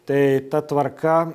tai ta tvarka